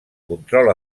control